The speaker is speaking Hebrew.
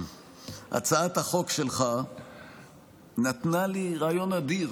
הצעת החוק שלך נתנה לי רעיון אדיר.